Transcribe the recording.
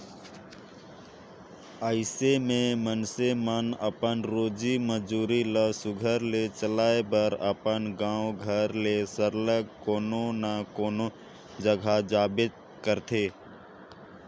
अइसे में मइनसे मन अपन रोजी मंजूरी ल सुग्घर ले चलाए बर अपन गाँव घर ले सरलग कोनो न कोनो जगहा जाबे करथे